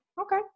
Okay